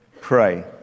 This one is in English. pray